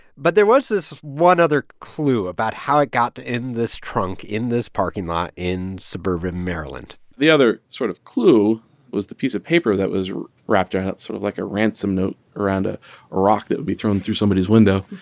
but there was this one other clue about how it got in this trunk in this parking lot in suburban maryland the other sort of clue was the piece of paper that was wrapped around it sort of, like, a ransom note around a rock that would be thrown through somebody's window.